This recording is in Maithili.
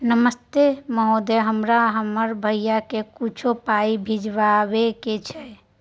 नमस्ते महोदय, हमरा हमर भैया के कुछो पाई भिजवावे के छै?